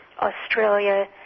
Australia